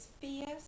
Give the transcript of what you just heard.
fierce